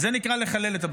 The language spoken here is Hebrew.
וזה נקרא לחלל את הבית,